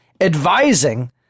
advising